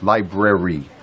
Library